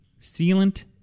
sealant